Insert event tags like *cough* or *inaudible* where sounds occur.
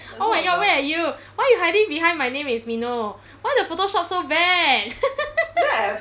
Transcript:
oh my god where are you why you hiding behind my name is mino why the photoshop so bad *laughs*